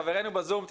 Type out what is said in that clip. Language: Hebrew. חברינו בזום,